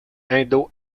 indo